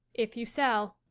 if you sell.